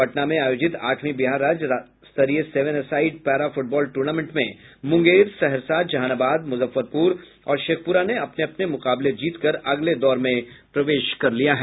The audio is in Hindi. पटना में आयोजित आंठवीं बिहार राज्य स्तरीय seven a side para football tournament में मुंगेर सहरसा जहानाबाद मुजफ्फरपुर और शेखपुरा ने अपने अपने मुकाबले जीत कर अगले दौर में प्रवेश कर लिया है